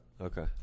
okay